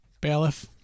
bailiff